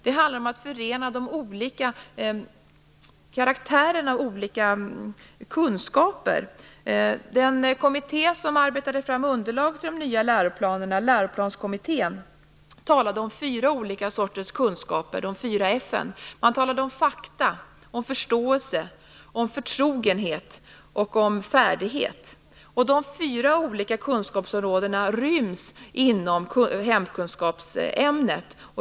Det handlar om att förena karaktärerna i olika kunskaper. Den kommitté som arbetade fram underlag för de nya läroplanerna, Läroplanskommittén, talade om fyra olika sorters kunskaper, de fyra F:n. Man talade om fakta, förståelse, förtrogenhet och färdighet. Dessa fyra olika kunskapsområden ryms inom hemkunskapsämnet.